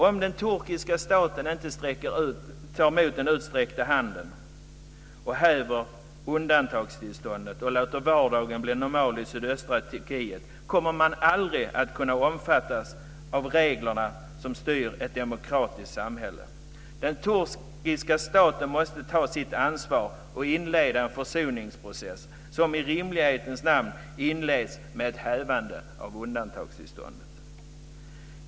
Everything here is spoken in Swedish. Om den turkiska staten inte tar emot den utsträckta handen och häver undantagstillståndet och låter vardagen bli normal i sydöstra Turkiet kommer man aldrig att kunna omfattas av de regler som styr ett demokratiskt samhälle. Den turkiska staten måste ta sitt ansvar och inleda en försoningsprocess som i rimlighetens namn inleds med ett hävande av undantagstillståndet.